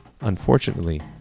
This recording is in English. unfortunately